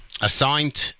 assigned